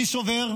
אני סובר,